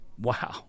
wow